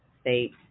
state